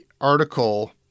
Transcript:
article